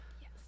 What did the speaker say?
Yes